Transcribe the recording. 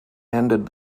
ended